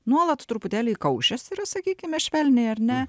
nuolat truputėlį įkaušęs yra sakykime švelniai ar ne